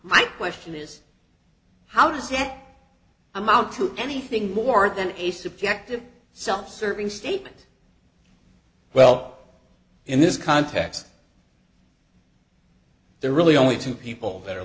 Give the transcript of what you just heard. my question is how does yet amount to anything more than a subjective self serving statement well in this context there are really only two people that are